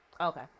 Okay